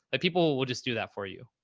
ah people will just do that for you.